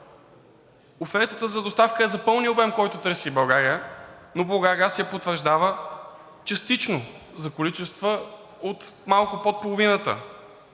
Офертата за доставка е за пълния обем, който търси България, но „Булгаргаз“ я потвърждава частично за количества от малко под половината.